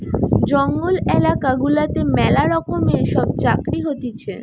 জঙ্গল এলাকা গুলাতে ম্যালা রকমের সব চাকরি হতিছে